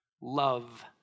Love